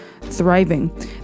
thriving